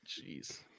Jeez